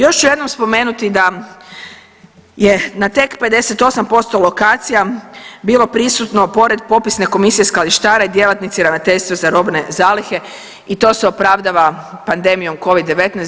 Još ću jednom spomenuti da je na tek 58% lokacija bilo prisutno pored popisne komisije, skladištara i djelatnici Ravnateljstva za robne zalihe i to se opravdava pandemijom covid-19.